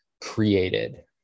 created